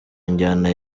njyana